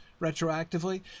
retroactively